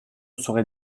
saurait